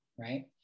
Right